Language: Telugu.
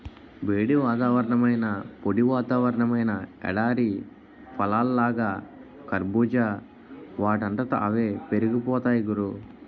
వేడి వాతావరణమైనా, పొడి వాతావరణమైనా ఎడారి పళ్ళలాగా కర్బూజా వాటంతట అవే పెరిగిపోతాయ్ గురూ